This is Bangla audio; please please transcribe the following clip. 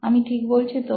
আমি ঠিক বলছি তো